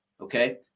okay